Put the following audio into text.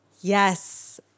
Yes